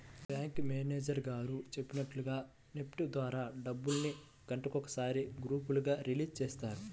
bank manager గారు చెప్పినట్లుగా NEFT ద్వారా డబ్బుల్ని గంటకొకసారి గ్రూపులుగా రిలీజ్ చేస్తారు